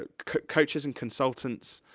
ah coaches, and consultants,